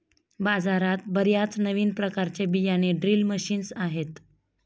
बाजारात बर्याच नवीन प्रकारचे बियाणे ड्रिल मशीन्स आहेत